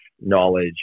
knowledge